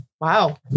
Wow